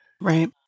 Right